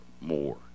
more